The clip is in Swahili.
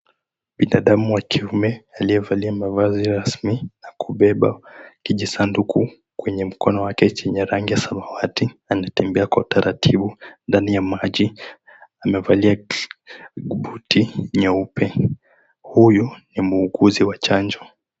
Binadamu wa kiume aliyevalia mavazi rasmi na kubeba kijisanduku kwenye mkono wake chenye rangi ya samawati anatembea kwa utaratibu ndani ya maji. Amevalia buti nyeupe. Huyu ni muuguzi wa chanjo.